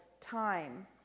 time